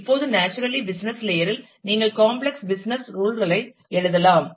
இப்போது naturally business layer இல் நீங்கள் காம்ப்ளக்ஸ் பிஸினஸ் றூல் களை எழுதலாம்